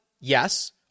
Yes